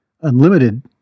unlimited